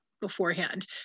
beforehand